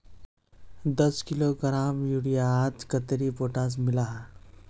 दस किलोग्राम यूरियात कतेरी पोटास मिला हाँ?